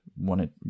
wanted